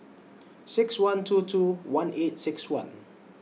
six one two two one eight six one